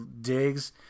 digs